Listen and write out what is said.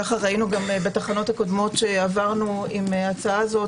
כך ראינו גם בתחנות הקודמות שעברנו עם ההצעה הזו.